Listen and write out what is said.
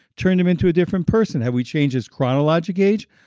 turned him into a different person. have we changed his chronologic age?